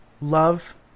love